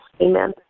amen